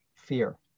fear